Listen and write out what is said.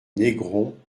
négron